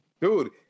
Dude